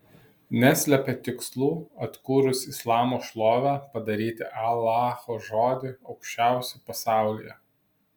neslepia tikslų atkūrus islamo šlovę padaryti alacho žodį aukščiausiu pasaulyje